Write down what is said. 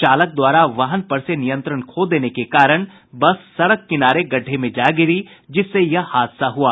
चालक द्वारा वाहन पर से नियंत्रण खो देने के कारण बस सड़क किनारे गड्ढे में जा गिरी जिससे यह हादसा हुआ